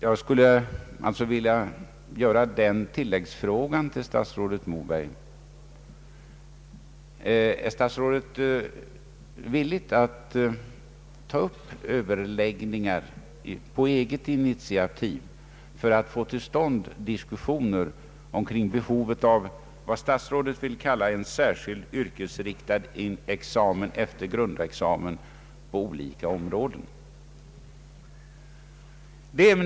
Jag vill ställa en tilläggsfråga till statsrådet Moberg: Är statsrådet villig att på eget initiativ ta upp överläggningar för att få till stånd diskussioner kring behovet av vad statsrådet vill kalla en särskild yrkesinriktad examen efter grundexamen på olika områden?